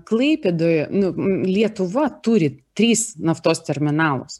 klaipėdoje nu lietuva turi trys naftos terminalus